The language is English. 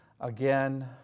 again